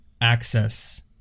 access